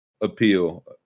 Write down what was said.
appeal